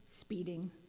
speeding